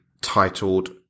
titled